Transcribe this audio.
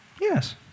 Yes